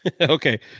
Okay